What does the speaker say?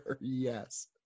Yes